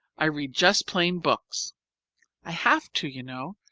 i read just plain books i have to, you know,